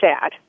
sad